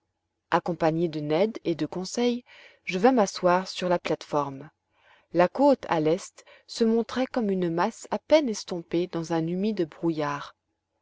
accompagné de ned et de conseil je vins m'asseoir sur la plate-forme la côte à l'est se montrait comme une masse à peine estompée dans un humide brouillard